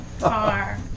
car